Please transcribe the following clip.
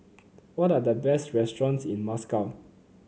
what are the best restaurants in Moscow